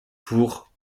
pour